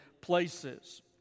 places